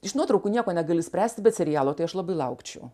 iš nuotraukų nieko negali spręsti bet serialo tai aš labai laukčiau